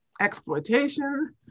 exploitation